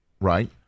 right